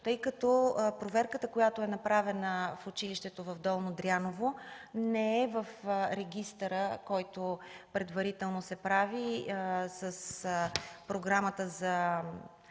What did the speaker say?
тъй като проверката, направена в училището в Долно Дряново, не е в регистъра, който предварително се прави с програмата за